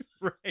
Right